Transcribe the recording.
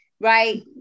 right